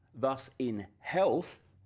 thus in health,